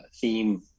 theme